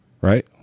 Right